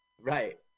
Right